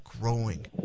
growing